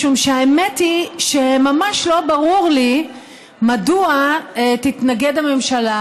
משום שהאמת היא שממש לא ברור לי מדוע תתנגד הממשלה,